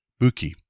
Buki